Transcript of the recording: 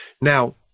Now